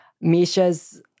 Misha's